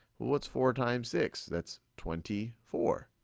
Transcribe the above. what's four times six? that's twenty four.